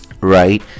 right